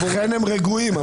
לכן הם רגועים.